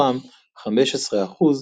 מתוכם 15 אחוז